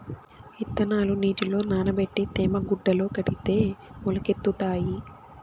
ఇత్తనాలు నీటిలో నానబెట్టి తేమ గుడ్డల కడితే మొలకెత్తుతాయి